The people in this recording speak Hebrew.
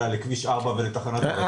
אלא לכביש 4 ולתחנת הרכבת.